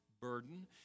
burden